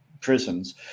prisons